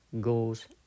goes